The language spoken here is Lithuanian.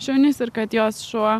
šunys ir kad jos šuo